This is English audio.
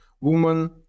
woman